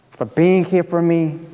for being here for me,